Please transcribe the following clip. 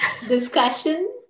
discussion